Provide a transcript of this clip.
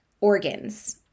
organs